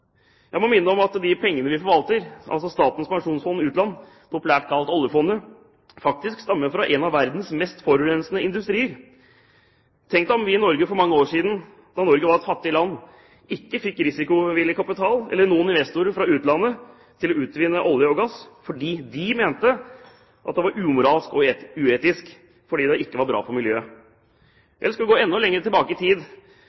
Jeg må minne om at de pengene vi forvalter, altså Statens pensjonsfond – Utland, populært kalt oljefondet, faktisk stammer fra en av verdens mest forurensende industrier. Tenk om vi i Norge for mange år siden, da Norge var et fattig land, ikke hadde fått risikovillig kapital eller noen investorer fra utlandet til å utvinne olje og gass fordi de mente at det var umoralsk og uetisk, fordi det ikke var bra for